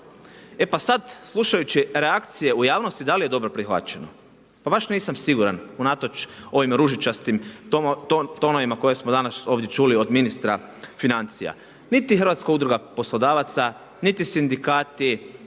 E pa sad, slušajući reakcije u javnosti da li je dobro prihvaćeno. Pa baš nisam siguran, unatoč ovim ružičastim tonovima koje smo danas ovdje čuli od ministra financija. Niti Hrvatska udruga poslodavaca, niti sindikati,